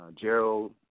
Gerald